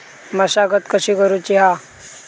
मशागत कशी करूची हा?